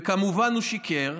וכמובן הוא שיקר,